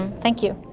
thank you.